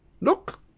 Look